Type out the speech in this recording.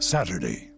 Saturday